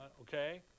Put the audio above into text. okay